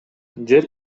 жер